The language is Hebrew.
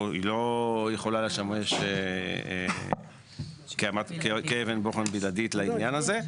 או היא לא יכולה לשמש כאבן בוחן בלעדית לעניין הזה.